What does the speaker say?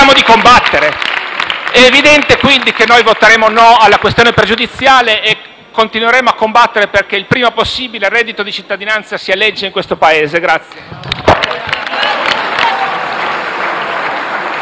È evidente quindi che voteremo no alla questione pregiudiziale e continueremo a combattere perché il prima possibile il reddito di cittadinanza diventi legge. *(Applausi dai